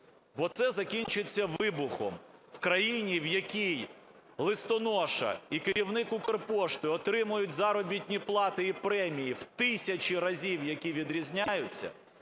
бо це закінчиться вибухом. В країні, в якій листоноша і керівник "Укрпошти" отримують заробітні плати і премії, в тисячі разів які відрізняються,